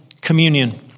communion